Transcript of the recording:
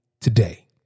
today